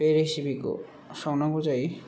बे रेसिपि खौ संनांगौ जायो